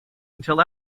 until